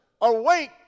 Awake